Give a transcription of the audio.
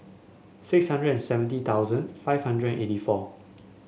six hundred seventy thousand five hundred eighty four